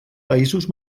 països